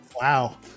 Wow